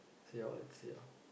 see how let's see ah